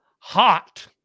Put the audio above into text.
Hot